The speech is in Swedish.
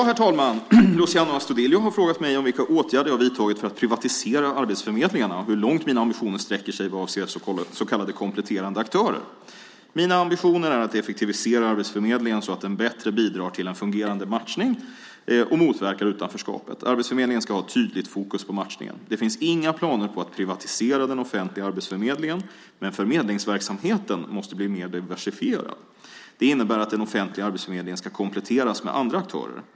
Herr talman! Luciano Astudillo har frågat mig vilka åtgärder jag vidtagit för att privatisera arbetsförmedlingarna och hur långt mina ambitioner sträcker sig vad avser så kallade kompletterande aktörer. Mina ambitioner är att effektivisera arbetsförmedlingen så att den bättre bidrar till en fungerande matchning och motverkar utanförskapet. Arbetsförmedlingen ska ha ett tydligt fokus på matchningen. Det finns inga planer på att privatisera den offentliga arbetsförmedlingen, men förmedlingsverksamheten måste blir mer diversifierad. Det innebär att den offentliga arbetsförmedlingen ska kompletteras med andra aktörer.